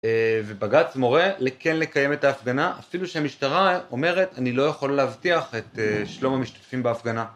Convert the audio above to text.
ובג״ץ מורה לכן לקיים את ההפגנה, אפילו שהמשטרה אומרת אני לא יכול להבטיח את שלום המשתתפים בהפגנה.